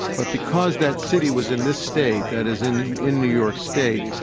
but because that city was in this state, that is, in in new york state,